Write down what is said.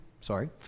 sorry